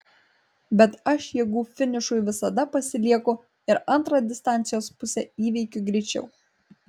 bet aš jėgų finišui visada pasilieku ir antrą distancijos pusę įveikiu greičiau